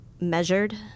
measured